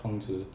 孔子